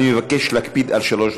אני מבקש להקפיד על שלוש דקות.